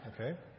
Okay